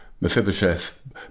Mephibosheth